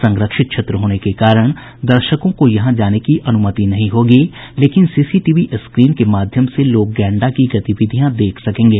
संरक्षित क्षेत्र होने के कारण दर्शकों को यहां जाने की अनुमति नहीं होगी लेकिन सीसीटीवी स्क्रीन के माध्यम से लोग गैंडा की गतिविधियां देख सकेंगे